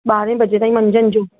ॿारहें बजे ताईं मंझदि जो